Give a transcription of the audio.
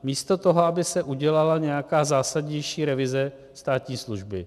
Místo toho, aby se udělala nějaká zásadnější revize státní služby.